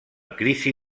crisi